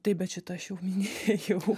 taip bet šitą aš jau minėjau